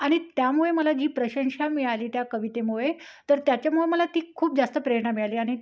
आणि त्यामुळे मला जी प्रशंसा मिळाली त्या कवितेमुळे तर त्याच्यामुळे मला ती खूप जास्त प्रेरणा मिळाली आणि